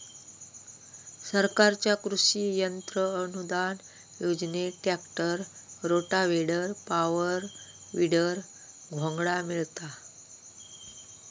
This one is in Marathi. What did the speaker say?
सरकारच्या कृषि यंत्र अनुदान योजनेत ट्रॅक्टर, रोटावेटर, पॉवर, वीडर, घोंगडा मिळता